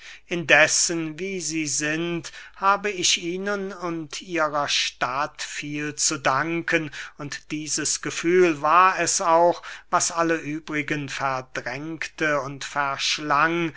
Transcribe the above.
indessen wie sie sind habe ich ihnen und ihrer stadt viel zu danken und dieses gefühl war es auch was alle übrigen verdrängte und verschlang